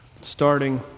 starting